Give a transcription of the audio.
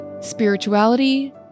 spirituality